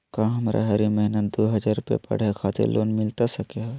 का हमरा हरी महीना दू हज़ार रुपया पढ़े खातिर लोन मिलता सको है?